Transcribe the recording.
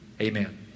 Amen